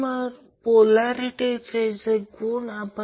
आणि जर ही पोलारिटी हवी असेल तर घेऊ शकता आणि हे व्होल्टेज 0